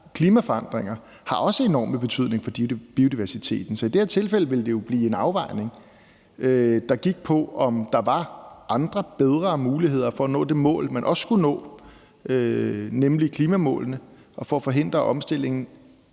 klimaforandringer også har en enorm betydning for biodiversiteten, så i det her tilfælde ville det jo blive en afvejning, der gik på, om der var andre og bedremuligheder for at nå det mål, man også skulle nå, nemlig klimamålene, og for at forhindre, at omstillingen